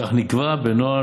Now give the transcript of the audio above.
כך, נקבע בנוהל